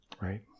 Right